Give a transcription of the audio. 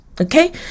okay